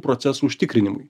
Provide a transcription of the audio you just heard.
procesų užtikrinimui